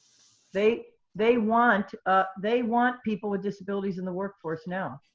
they they want ah they want people with disabilities in the workforce now.